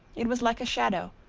it was like a shadow,